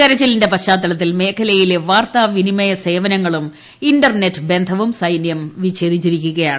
തെരച്ചിലിന്റെ പശ്ചാത്തലൂത്തിൽ മേഖലയിലെ വാർത്താവിനിമയ സേവനങ്ങളും ഇന്റർന്റ്റ് ബന്ധവും സൈന്യം വിച്ഛേദിച്ചിരിക്കുകയാണ്